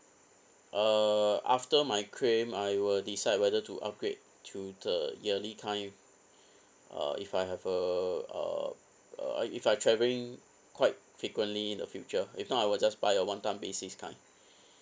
uh after my claim I will decide whether to upgrade to the yearly kind uh if I have a uh uh if I travelling quite frequently in the future if not I will just buy a one time basis kind